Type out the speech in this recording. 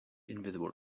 invisible